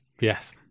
Yes